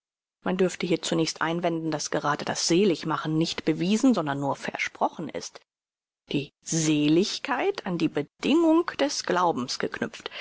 man dürfte hier zunächst einwenden daß gerade das seligmachen nicht bewiesen sondern nur versprochen ist die seligkeit an die bedingung des glaubens geknüpft